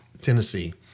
Tennessee